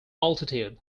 altitude